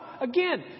again